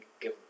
give